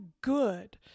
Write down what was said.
good